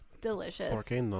delicious